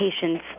patients